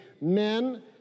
men